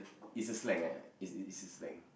it's a slang ah it's it's it's a slang